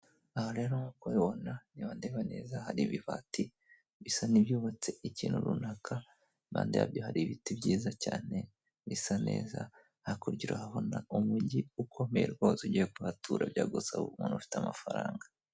Aha rero nk'uko ubibona niba ndeba neza hari ibibati bisa n'ibyubatse ikintu runaka impande yabyo hari ibiti byiza cyane bisa neza hakurya yaho urahabona umujyi ukomeye rwose ugiye kuhatura byagusaba umuntu ufite amafaranga.